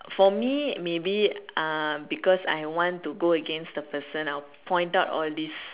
for me maybe uh because I want to go against the person I'll point out all these